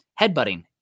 headbutting